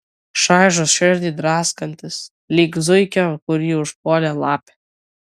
šaižus širdį draskantis lyg zuikio kurį užpuolė lapė